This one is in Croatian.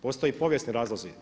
Postoje povijesni razlozi.